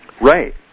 Right